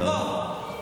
בוא,